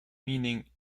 meaning